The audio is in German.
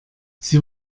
sie